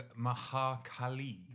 Mahakali